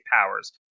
powers